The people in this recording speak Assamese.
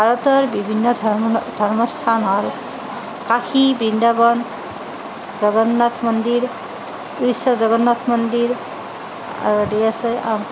ভাৰতৰ বিভিন্ন ধৰ্ম ধৰ্মস্থান হ'ল কাশী বৃন্দাবন জগন্নাথ মন্দিৰ উৰিষ্যাৰ জগন্নাথ মন্দিৰ আৰু ধেৰ আছে আৰু